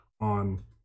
on